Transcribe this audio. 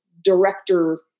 director